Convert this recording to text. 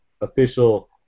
official